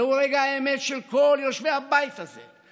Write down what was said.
זהו רגע האמת של כל יושבי הבית הזה,